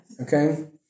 Okay